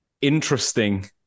interesting